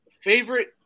Favorite